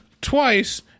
twice